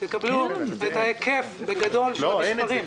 תקבלו בגדול את ההיקף של המספרים.